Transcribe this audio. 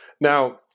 Now